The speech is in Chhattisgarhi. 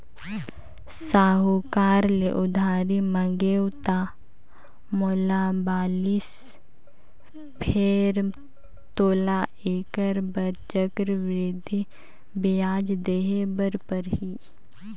साहूकार ले उधारी मांगेंव त मोला बालिस फेर तोला ऐखर बर चक्रबृद्धि बियाज देहे बर परही